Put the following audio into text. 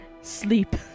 Sleep